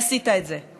ועשית את זה.